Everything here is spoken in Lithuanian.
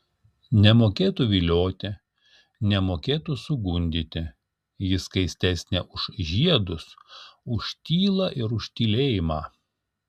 nemokėtų vilioti nemokėtų sugundyti ji skaistesnė už žiedus už tylą ir už tylėjimą